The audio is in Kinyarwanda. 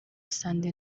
sunday